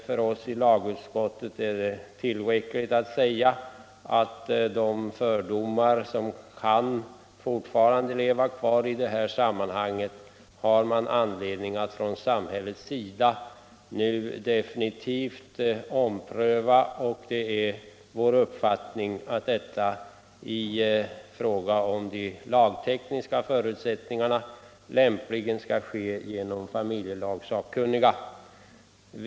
För oss i lagutskottet är det tillräckligt att jag säger att de fördomar som fortfarande kan leva kvar på detta område har man från samhällets sida anledning att försöka arbeta bort, och det är vår uppfattning att detta i vad gäller de lagtekniska förutsättningarna lämpligen bör göras av familjelagssakkunniga.